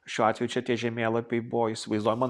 šiuo atveju čia tie žemėlapiai buvo įsivaizduojama